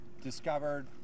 discovered